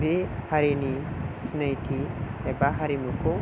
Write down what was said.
बे हारिनि सिनायथि एबा हारिमुखौ